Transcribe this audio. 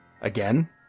again